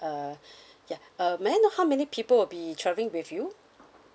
uh ya uh may I know how many people will be travelling with you